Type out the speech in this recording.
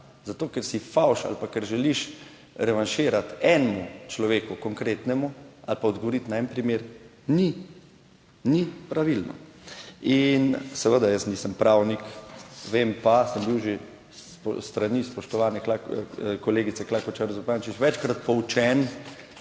zato, ker si fovš ali pa ker želiš revanširati enemu človeku konkretnemu ali pa odgovoriti na en primer, ni pravilno. In seveda jaz nisem pravnik, vem pa, sem bil že s strani spoštovane kolegice Klakočar Zupančič večkrat poučen,